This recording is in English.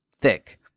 thick